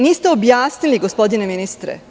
Niste objasnili, gospodine ministre.